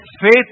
faith